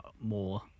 more